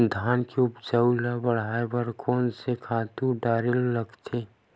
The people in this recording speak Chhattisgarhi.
धान के उपज ल बढ़ाये बर कोन से खातु डारेल लगथे?